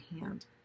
hand